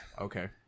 Okay